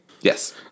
Yes